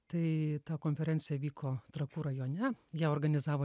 tai ta konferencija vyko trakų rajone ją organizavo